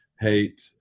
hate